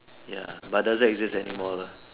ya but doesn't exist anymore lah